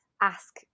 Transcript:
ask